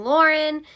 Lauren